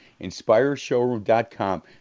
InspireShowroom.com